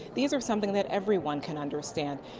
these are something that everyone can understand.